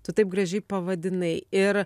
tu taip gražiai pavadinai ir